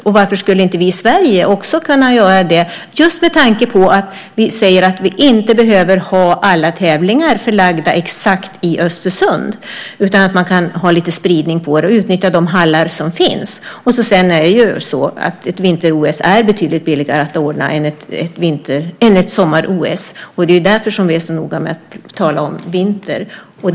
Och varför skulle inte vi i Sverige också kunna göra det, just med tanke på att vi säger att vi inte behöver ha alla tävlingar förlagda exakt i Östersund utan kan ha spridning på det och utnyttja de hallar som finns? Ett vinter-OS är betydligt billigare att ordna än ett sommar-OS. Det är därför som vi är så noga med att tala om vinter.